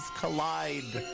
collide